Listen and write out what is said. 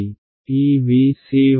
ఈ Vc1 అంటే ఏమిటి